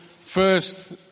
first